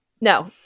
no